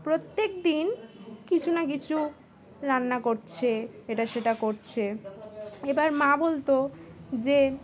প্রত্যেক দিন কিছু না কিছু রান্না করছে এটা সেটা করছে এবার মা বলতো যে